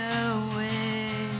away